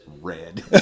red